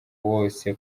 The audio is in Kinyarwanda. wose